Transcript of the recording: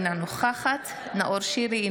אינה נוכחת נאור שירי,